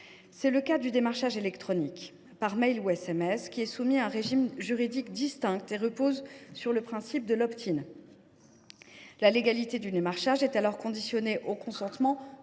tout d’abord du démarchage électronique, par mail ou par SMS, qui est soumis à un régime juridique distinct et qui repose sur le principe de l’. La légalité de l’opération est alors conditionnée au consentement